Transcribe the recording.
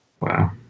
Wow